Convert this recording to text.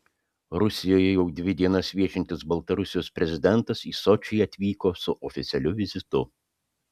rusijoje jau dvi dienas viešintis baltarusijos prezidentas į sočį atvyko su oficialiu vizitu